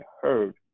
heard